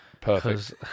Perfect